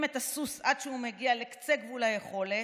את הסוס עד שהוא מגיע לקצה גבול היכולת,